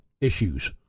issues